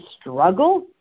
struggle